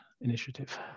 initiative